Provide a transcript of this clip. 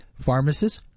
pharmacists